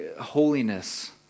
holiness